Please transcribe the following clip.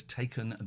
taken